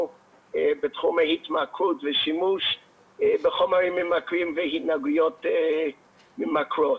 בתחום ההתמכרות ושימוש בחומרים ממכרים והתנהגויות ממכרות.